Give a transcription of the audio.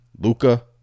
Luca